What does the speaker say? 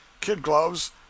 kid-gloves